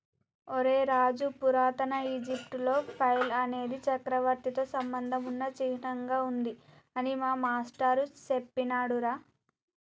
ఒరై రాజు పురాతన ఈజిప్టులో ఫైల్ అనేది చక్రవర్తితో సంబంధం ఉన్న చిహ్నంగా ఉంది అని మా మాష్టారు సెప్పినాడురా